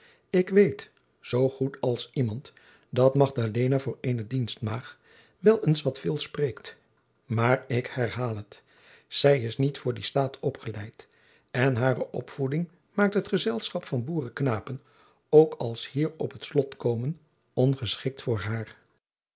ik weet zoo goed als iemand dat magdalena voor eene dienstmaagd wel eens wat veel spreekt maar ik herhaal het zij is niet voor dien staat opgeleid en hare opvoeding maakt het gezelschap van boerenknapen zoo als hier op het slot komen ongeschikt voor haar